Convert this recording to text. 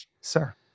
sir